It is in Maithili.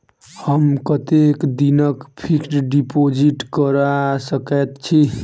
हम कतेक दिनक फिक्स्ड डिपोजिट करा सकैत छी?